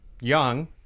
young